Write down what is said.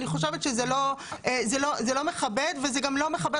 אני חושבת שזה לא מכבד וזה גם לא מכבד